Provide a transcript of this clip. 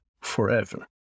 forever